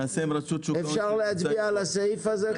אפשר להצביע על הסעיף הזה?